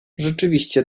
rzeczywiście